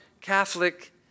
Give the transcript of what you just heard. Catholic